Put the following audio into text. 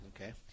Okay